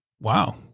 Wow